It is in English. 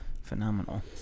Phenomenal